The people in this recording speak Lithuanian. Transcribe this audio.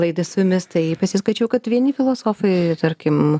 laidai su jumis tai pasiskaičiau kad vieni filosofai tarkim